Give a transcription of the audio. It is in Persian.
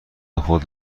خود